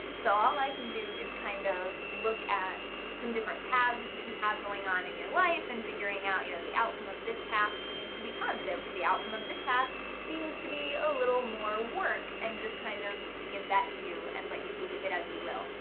so all i can do is kind of look at some different paths that you have going on in your life and figuring out you know the outcome of this path seems to be positive the outcome of the past seems to be a little more work and just kind of give that to you and let you do with it as you will.